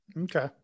Okay